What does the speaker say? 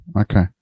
okay